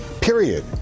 period